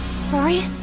Sorry